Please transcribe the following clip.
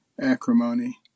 acrimony